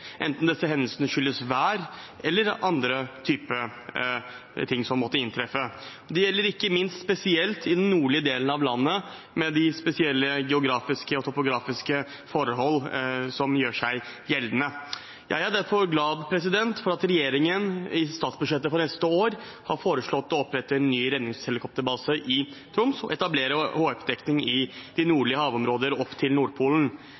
enten disse hendelsene skyldes vær eller annet som måtte inntreffe. Ikke minst gjelder det i de nordlige delene av landet med de spesielle geografiske og topografiske forhold som gjør seg gjeldende der. Jeg er derfor glad for at regjeringen i statsbudsjettet for neste år har foreslått å opprette en ny redningshelikopterbase i Troms og etablere HF-dekning i de nordlige havområder opp til Nordpolen.